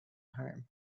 home